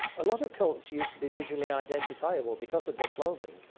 a lot of cults used to be visually identifiable because of their clothing,